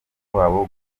wabo